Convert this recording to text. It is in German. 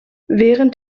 während